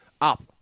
up